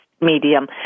medium